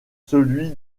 celui